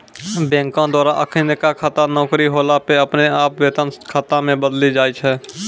बैंको द्वारा अखिनका खाता नौकरी होला पे अपने आप वेतन खाता मे बदली जाय छै